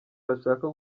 bashaka